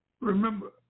remember